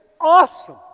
awesome